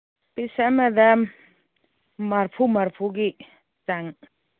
piece ꯑꯃꯗ ꯃꯔꯐꯨ ꯃꯔꯐꯨꯒꯤ ꯆꯥꯡ